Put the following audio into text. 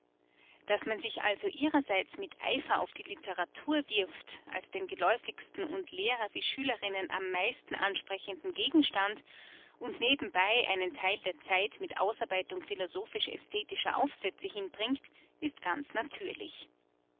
daß man sich also ihrerseits mit eifer auf die literatur wirft als den geläufigsten und lehrer wie schülerinnen am meisten ansprechenden gegenstand und nebenbei einen theil der zeit mit ausarbeitung philosophisch ästhetischer aufsätze hinbringt ist ganz natürlich